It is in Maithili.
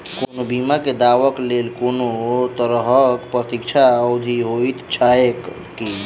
कोनो बीमा केँ दावाक लेल कोनों तरहक प्रतीक्षा अवधि होइत छैक की?